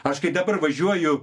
aš kai dabar važiuoju